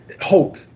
Hope